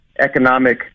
economic